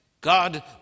God